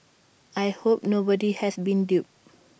I hope nobody has been duped